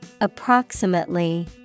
Approximately